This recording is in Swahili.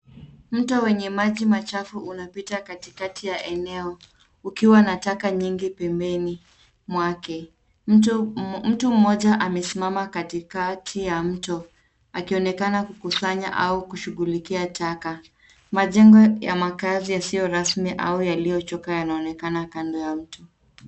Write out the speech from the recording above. Mto wenye maji machafu unapita katikati ya eneo ukiwa na taka nyingi pembeni mwake. Mtu mmoja amesimama katikati ya mto akionekana kukusanya au kushughulika taka. Majengo ya makaazi yasiyo rasmi au yaliyochoka yanaonekana kando ya mto.